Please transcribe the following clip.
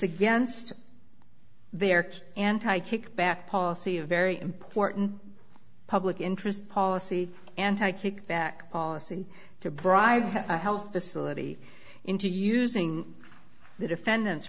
against their anti kickback policy a very important public interest policy anti kickback policy to bribe health facility into using the defendant's